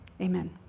amen